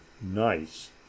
nice